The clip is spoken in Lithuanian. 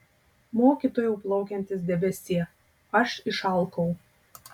mokytojau plaukiantis debesie aš išalkau